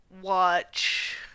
watch